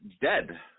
dead